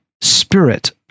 spirit